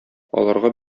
аларга